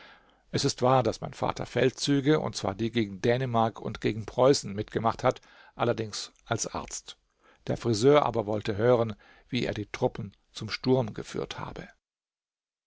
es ist wahr daß mein vater feldzüge und zwar die gegen dänemark und gegen preußen mitgemacht hat allerdings als arzt der friseur aber wollte hören wie er die truppen zum sturm geführt habe